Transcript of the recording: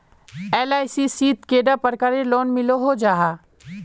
LIC शित कैडा प्रकारेर लोन मिलोहो जाहा?